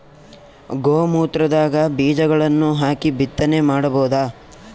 ಗೋ ಮೂತ್ರದಾಗ ಬೀಜಗಳನ್ನು ಹಾಕಿ ಬಿತ್ತನೆ ಮಾಡಬೋದ?